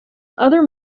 other